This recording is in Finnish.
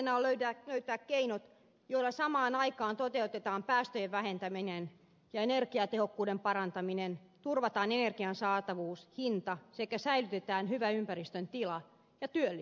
haasteena on löytää keinot joilla samaan aikaan toteutetaan päästöjen vähentäminen ja energiatehokkuuden parantaminen turvataan energian saatavuus ja hinta sekä säilytetään hyvä ympäristön tila ja työllisyys